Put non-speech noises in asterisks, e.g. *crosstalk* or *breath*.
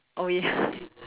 oh ya *breath*